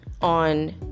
on